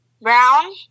Brown